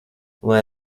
lai